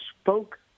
spoke